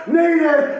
needed